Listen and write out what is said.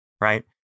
right